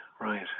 right